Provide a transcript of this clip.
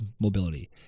mobility